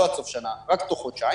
לא עד סוף שנה, רק תוך חודשיים.